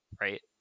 right